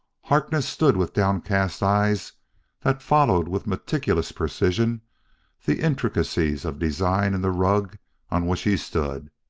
harkness stood with downcast eyes that followed with meticulous precision the intricacies of design in the rug on which he stood.